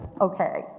okay